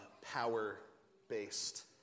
power-based